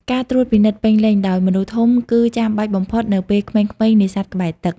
ការត្រួតពិនិត្យពេញលេញ ដោយមនុស្សធំគឺចាំបាច់បំផុតនៅពេលក្មេងៗនេសាទក្បែរទឹក។